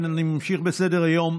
אני ממשיך בסדר-היום.